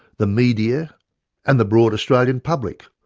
the media and the broad australian public,